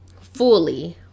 fully